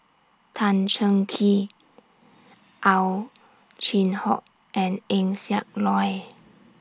Tan Cheng Kee Ow Chin Hock and Eng Siak Loy